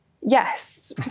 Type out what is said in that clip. Yes